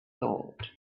thought